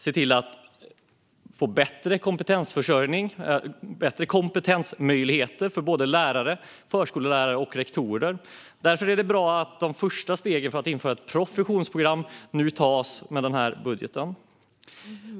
Det ska finnas bättre kompetensutvecklingsmöjligheter för lärare, förskollärare och rektorer. Därför är det bra att de första stegen för att införa ett professionsprogram nu tas i och med den här budgeten.